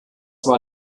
war